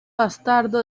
bastardo